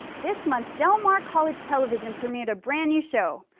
this month, del mar college television premiered a brand new show,